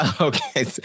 Okay